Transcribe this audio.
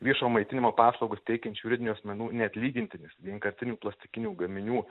viešojo maitinimo paslaugas teikiančių juridinių asmenų neatlygintinis vienkartinių plastikinių gaminių